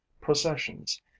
processions